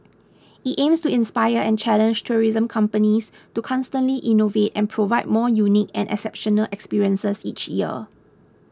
it aims to inspire and challenge tourism companies to constantly innovate and provide more unique and exceptional experiences each year